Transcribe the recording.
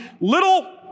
little